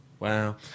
Wow